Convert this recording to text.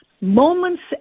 moments